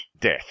death